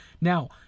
Now